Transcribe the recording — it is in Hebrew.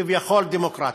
כביכול דמוקרטית.